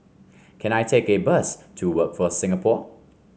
can I take a bus to Workforce Singapore